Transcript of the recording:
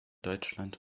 deutschland